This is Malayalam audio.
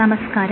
നമസ്കാരം